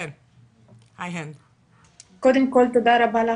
קודם כל, תודה רבה לך,